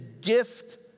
gift